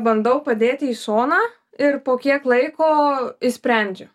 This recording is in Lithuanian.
bandau padėti į šoną ir po kiek laiko išsprendžiu